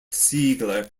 ziegler